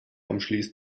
umschließt